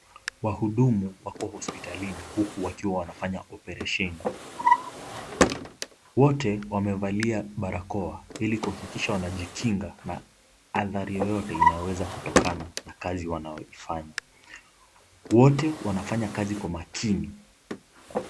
Wahudumu wako hospitalini huku wakiwa wanafanya oparesheni. Wote wamevalia barakoa ili kuhakikisha wanajikinga na athari yoyote inayoweza kutokana na kazi wanayoifanya. Wote wanafanya kazi kwa makini.